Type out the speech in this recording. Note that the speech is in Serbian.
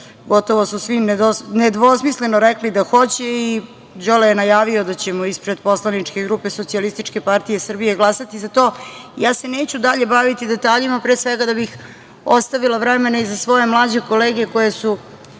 Gotovo su svi nedvosmisleno rekli da hoće i Đorđe je najavio da ćemo ispred poslaničke grupe SPS glasati za to. Neću se dalje baviti detaljima pre svega da bih ostavila vremena i za svoje mlađe kolege koje su